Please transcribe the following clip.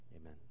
Amen